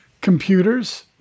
computers